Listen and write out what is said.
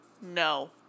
no